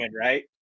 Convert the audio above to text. right